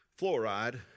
fluoride